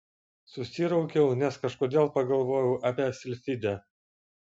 susiraukiau nes kažkodėl pagalvojau apie silfidę